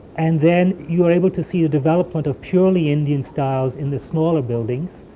and then your able to see the development of purely indian styles in the smaller buildings,